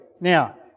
Now